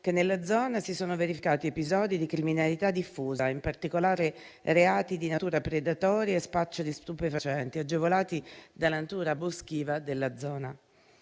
che nella zona si sono verificati episodi di criminalità diffusa, in particolare reati di natura predatoria e spaccio di stupefacenti, agevolati dalla natura boschiva della zona.